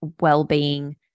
well-being